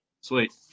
Sweet